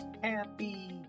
Happy